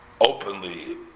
openly